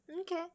Okay